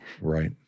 Right